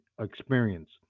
experience